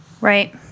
Right